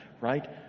right